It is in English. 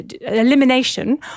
elimination